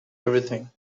everything